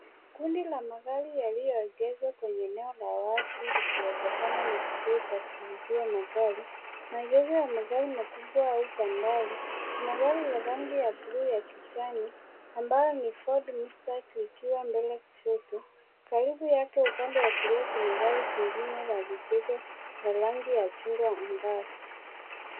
Kundi la magari yaliyoegeshwa kwenye eneo la wazi likiwezekana ni kituo cha kuuzia magari. Maegesho ya magari makubwa au bandari. Kuna gari la rangi ya blue ya kijani, ambayo ni Ford mustang, likiwa mbele kushoto, karibu yake upande wa kulia, kuna gari jingine la vichezo na rangi ya chungwa ang'avu.